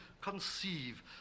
conceive